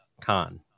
Khan